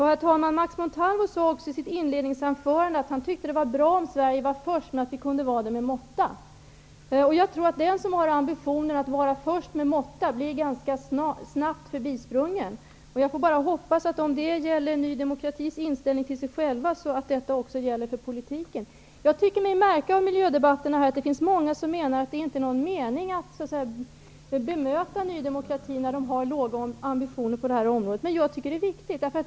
Herr talman! Max Montalvo sade också i sitt inledningsanförande att han tyckte det var bra om Sverige var först, men att vi kunde vara det med måtta. Jag tror att den som har ambitionen att vara först med måtta ganska snabbt blir förbisprungen. Jag får bara hoppas att, om detta gäller Ny demokratis inställning till sig själva, det också gäller för politiken. Jag tycker mig märka av miljödebatterna att det är många som menar att det inte är någon mening bemöta Ny demokrati när partiet har låga ambitioner på detta område, men jag anser det vara viktigt.